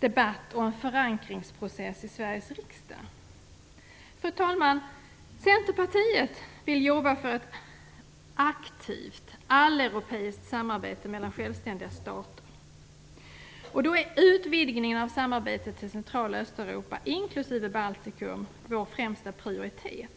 debatt och en förankringsprocess i Sveriges riksdag. Fru talman! Centerpartiet vill jobba för ett aktivt alleuropeiskt samarbete mellan självständiga stater. Då är utvidgningen av samarbetet till Central och Östeuropa, inklusive Baltikum, vår främsta prioritet.